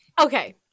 Okay